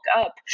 up